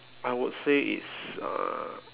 I would say it's uh